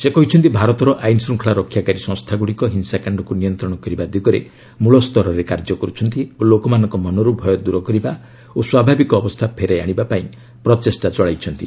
ସେ କହିଛନ୍ତି ଭାରତର ଆଇନଶୃଙ୍ଖଳା ରକ୍ଷାକାରୀ ସଂସ୍ଥାଗୁଡ଼ିକ ହିଂସାକାଣ୍ଡକୁ ନିୟନ୍ତ୍ରଣ କରିବା ଦିଗରେ ମୂଳସ୍ତରରେ କାର୍ଯ୍ୟ କରୁଛନ୍ତି ଓ ଲୋକମାନଙ୍କ ମନରୁ ଭୟ ଦୂର କରିବା ଓ ସ୍ୱାଭାବିକ ଅବସ୍ଥା ଫେରାଇ ଆଶିବା ପାଇଁ ପ୍ରଚେଷ୍ଟା ଚଳାଇଛନ୍ତି